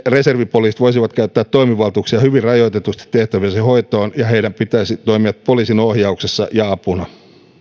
reservipoliisit voisivat käyttää toimivaltuuksiaan hyvin rajoitetusti tehtäviensä hoitoon ja heidän pitäisi toimia poliisin ohjauksessa ja apuna